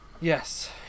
yes